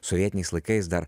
sovietiniais laikais dar